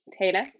Taylor